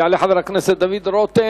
יעלה חבר הכנסת דוד רותם.